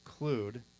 include